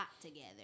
together